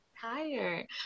tired